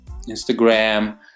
Instagram